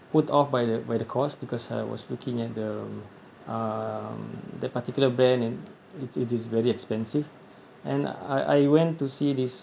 put off by the by the cost because I was looking at the um the particular band and it it is very expensive and I I went to see this